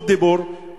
הוא ברשות דיבור.